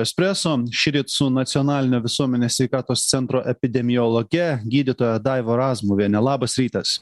espreso šįryt su nacionalinio visuomenės sveikatos centro epidemiologe gydytoja daiva razmuviene labas rytas